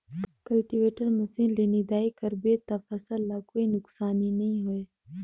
cultivator machine ले निंदई कर बे त फसल ल कोई नुकसानी नई होये